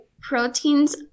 proteins